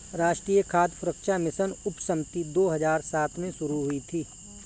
राष्ट्रीय खाद्य सुरक्षा मिशन उपसमिति दो हजार सात में शुरू हुई थी